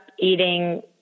eating